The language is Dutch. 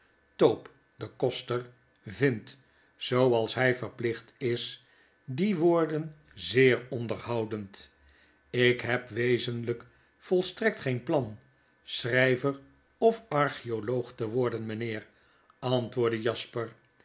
tope de koster vindt zooals hij verplicht is die woorden zeer onderhoudend ik heb wezenlijk volstrekt geen plan schrijver of archeoioog te worden mijnheer antwoordt jasper